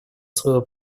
своего